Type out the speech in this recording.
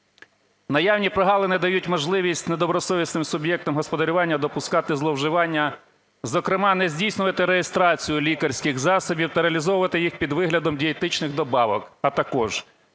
Наявні прогалини дають можливість недобросовісним суб'єктам господарювання допускати зловживання, зокрема не здійснювати реєстрацію лікарських засобів та реалізовувати їх під виглядом дієтичних добавок, а також